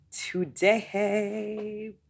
today